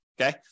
okay